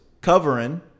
covering